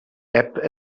app